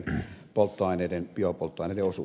tämä on oikea valinta